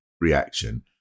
reaction